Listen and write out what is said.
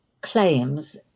claims